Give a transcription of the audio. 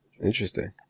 Interesting